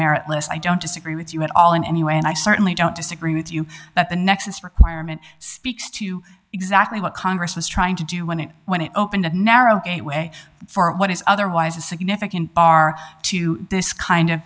meritless i don't disagree with you at all in any way and i certainly don't disagree with you that the nexus requirement speaks to exactly what congress was trying to do when it when it opened and narrow a way for what is otherwise a significant bar to this kind of